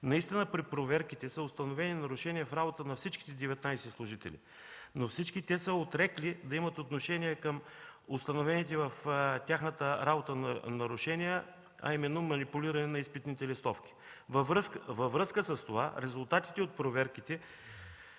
Наистина при проверките са установени нарушения в работата на всички 19 служители, но всички те са отрекли да имат отношение към установените в тяхната работа нарушения, а именно манипулиране на изпитните листовки. Във връзка с това резултатите от проверките